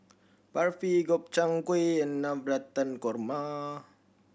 Barfi Gobchang Gui and Navratan Korma